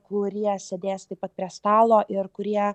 kurie sėdės taip pat prie stalo ir kurie